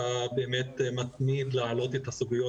אתה באמת מתמיד להעלות את הסוגיות